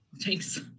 thanks